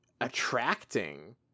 attracting